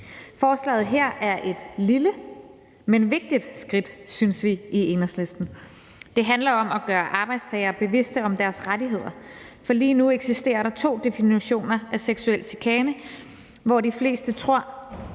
Forslaget her er et lille, men vigtigt skridt, synes vi i Enhedslisten. Det handler om at gøre arbejdstagere bevidste om deres rettigheder, for lige nu eksisterer der to definitioner af seksuel chikane, og de fleste tror,